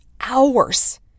hours